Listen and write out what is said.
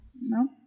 no